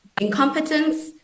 incompetence